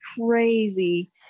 crazy